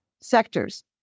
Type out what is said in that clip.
sectors